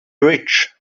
rich